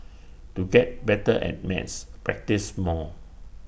to get better at maths practise more